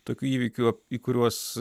tokių įvykių į kuriuos